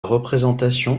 représentation